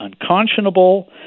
unconscionable